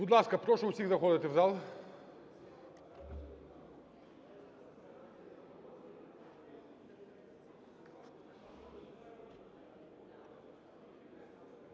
Будь ласка, прошу всіх заходити в зал.